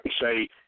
say